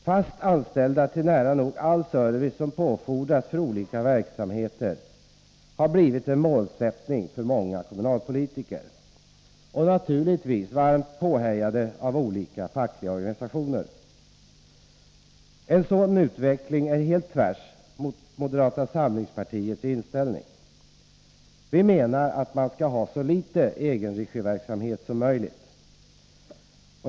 Fast anställda till nära nog all service som påfordras för olika verksamheter har blivit en målsättning för många kommunalpolitiker. Naturligtvis är de här varmt påhejade av olika fackliga organisationer. En sådan utveckling går helt på tvärs mot moderata samlingspartiets inställning. Vi menar att man skall ha så litet egenregiverksamhet som möjligt.